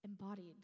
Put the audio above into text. embodied